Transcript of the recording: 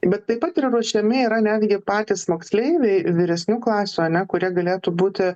bet taip pat yra ruošiami yra netgi patys moksleiviai vyresnių klasių ane kurie galėtų būti